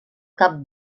cap